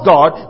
God